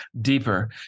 deeper